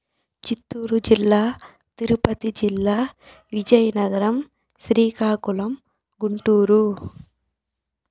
చిత్తూరు జిల్లా తిరుపతి జిల్లా విజయనగరం శ్రీకాకుళం గుంటూరు